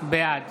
בעד